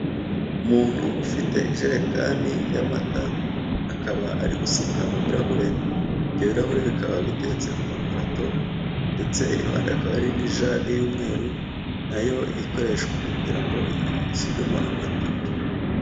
Umuntu ufite ijerekani y'amata akaba ari gusuka mu birahure ibyo birahure bikaba biteretse ku maparato ndetse iruhande hakaba hari n'ijagi y'umweru nayo ikoreshwa mu kugira ngo ishyirwemo amata.